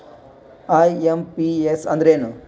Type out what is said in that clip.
IMPS ಅಂದ್ರ ಏನು?